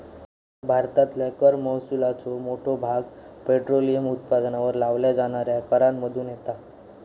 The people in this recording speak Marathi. भारतातल्या कर महसुलाचो मोठो भाग पेट्रोलियम उत्पादनांवर लावल्या जाणाऱ्या करांमधुन येता